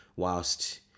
whilst